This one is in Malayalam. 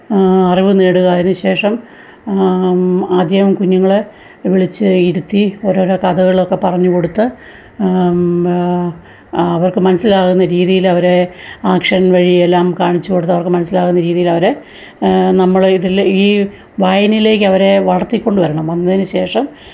അറിവ് നേടുക അതിനുശേഷം ആദ്യം കുഞ്ഞുങ്ങളെ വിളിച്ചിരുത്തി ഓരോരോ കഥകളൊക്കെ പറഞ്ഞ് കൊടുത്ത് മാ അവർക്ക് മനസ്സിലാകുന്ന രീതിയലവരെ ആക്ഷൻ വഴി എല്ലാം കാണിച്ചു കൊടുത്തവർക്ക് മനസ്സിലാകുന്ന രീതിയിലവരെ നമ്മളിതില് ഈ വായനിലേക്കവരെ വളർത്തിക്കൊണ്ടുവരണം വന്നതിന് ശേഷം